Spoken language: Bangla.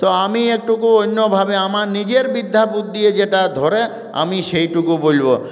তো আমি একটু অন্যভাবে আমার নিজের বিদ্যা বুদ্ধি দিয়ে যেটা ধরে আমি সেইটুকু বলব